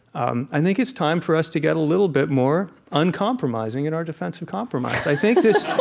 um i think it's time for us to get a little bit more uncompromising in our defense of compromise i think this,